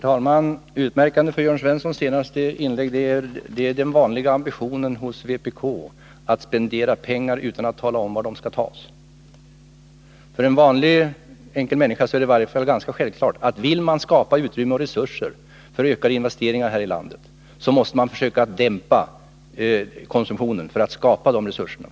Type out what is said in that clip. Herr talman! Utmärkande för Jörn Svenssons senaste inlägg är den vanliga ambitionen hos vpk att spendera pengar utan att tala om var de skall tas. I varje fall för en vanlig, enkel människa är det ganska självklart att vill man skapa utrymme och resurser för ökade investeringar här i landet, då måste man försöka dämpa konsumtionen för att få fram de möjligheterna.